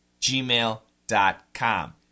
gmail.com